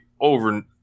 Over